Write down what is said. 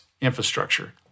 infrastructure